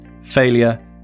failure